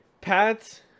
Pat